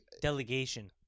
Delegation